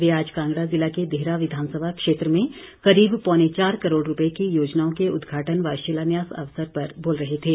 वे आज कांगड़ा जिला के देहरा विधानसभा क्षेत्र में करीब पौने चार करोड़ रुपये की योजनाओं के उद्घाटन व शिलान्यास अवसर पर बोल रहे थे